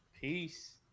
Peace